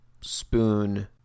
spoon